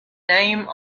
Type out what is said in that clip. name